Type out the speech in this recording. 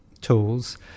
tools